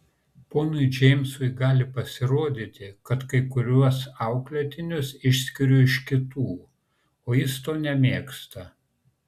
ponui džeimsui gali pasirodyti kad kai kuriuos auklėtinius išskiriu iš kitų o jis to nemėgsta